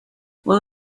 will